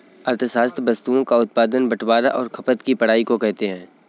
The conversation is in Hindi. अर्थशास्त्र वस्तुओं का उत्पादन बटवारां और खपत की पढ़ाई को कहते हैं